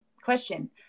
question